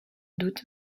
doute